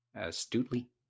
astutely